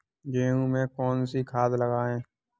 गेहूँ में कौनसी खाद लगाएँ?